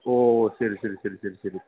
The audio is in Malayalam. ഓ ശരി ശരി ശരി ശരി ശരി